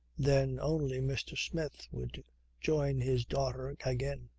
then only mr. smith would join his daughter again.